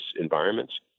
environments